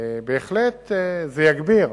זה בהחלט יגביר